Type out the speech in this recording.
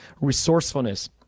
resourcefulness